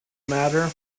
matter